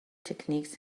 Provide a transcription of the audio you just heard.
techniques